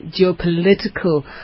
geopolitical